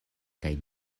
kaj